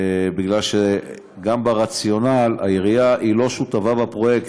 מפני שגם ברציונל העירייה לא שותפה בפרויקט,